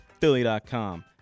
Philly.com